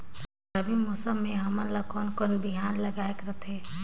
रबी मौसम मे हमन ला कोन कोन बिहान लगायेक रथे?